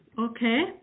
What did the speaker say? okay